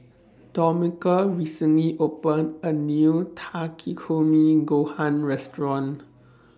Domenica recently opened A New Takikomi Gohan Restaurant